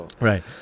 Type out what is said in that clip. right